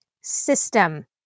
system